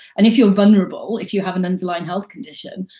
and if you're vulnerable, if you have an underlying health condition,